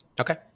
okay